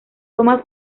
toma